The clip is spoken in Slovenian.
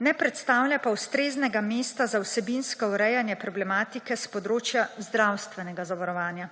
ne predstavlja pa ustreznega mesta za vsebinsko urejanje problematike s področja zdravstvenega zavarovanja.